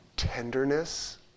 Tenderness